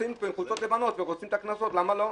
נמצאים פה עם חולצות לבנות ונותנים קנסות למה לא?